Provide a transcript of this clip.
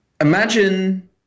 Imagine